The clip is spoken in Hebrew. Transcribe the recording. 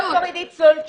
עידית סולקין.